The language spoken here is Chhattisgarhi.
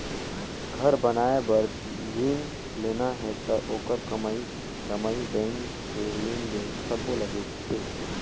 घर बनाए बर रिन लेना हे त ओखर कमई धमई बैंक के लेन देन सबो ल देखथें